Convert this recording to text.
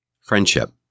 Friendship